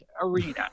Arena